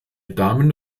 damen